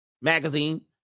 Magazine